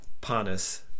panis